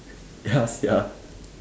ya sia